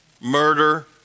murder